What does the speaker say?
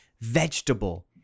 vegetable